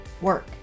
work